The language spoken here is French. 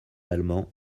allemands